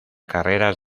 carreras